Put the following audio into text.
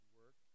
work